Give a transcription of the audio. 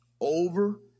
Over